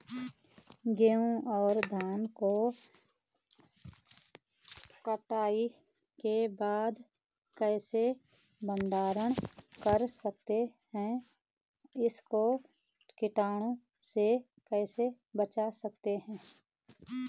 गेहूँ और धान को कटाई के बाद कैसे भंडारण कर सकते हैं इसको कीटों से कैसे बचा सकते हैं?